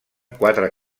quatre